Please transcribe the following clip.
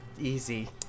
Easy